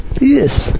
Yes